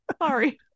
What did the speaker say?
Sorry